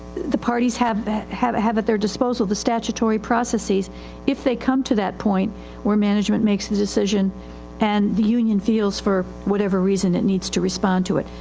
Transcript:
the parties have, have have at their disposal the statutory processes if they come to that point where management makes the decision and the union feels for whatever reason it needs to respond to it.